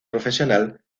profesional